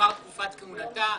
גמר תקופת כהונתה.